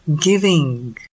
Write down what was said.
Giving